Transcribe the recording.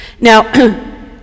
Now